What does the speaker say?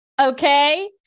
Okay